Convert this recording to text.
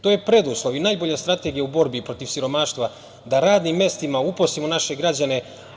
To je preduslov i najbolja strategija u borbi protiv siromaštva da radnim mestima uposlimo naše građane.